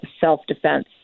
self-defense